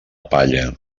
palla